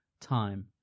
time